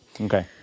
Okay